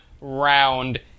round